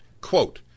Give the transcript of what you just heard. Quote